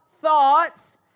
thoughts